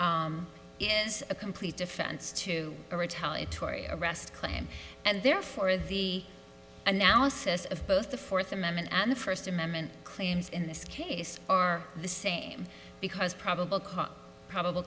independent is a complete defense to a retaliatory arrest claim and therefore the analysis of both the fourth amendment and the first amendment claims in this case are the same because probable